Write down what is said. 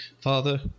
father